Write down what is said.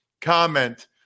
comment